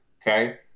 Okay